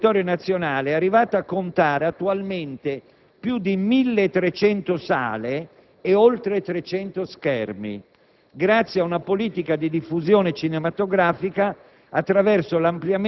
Secondo le più recenti statistiche, l'intero territorio nazionale è arrivato a contare attualmente più di 1300 sale con oltre 300 schermi